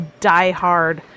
diehard